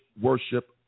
worship